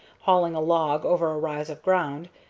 hauling a log over a rise of ground,